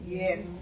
yes